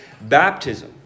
baptism